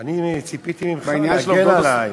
אני ציפיתי ממך להגן עלי.